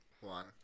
One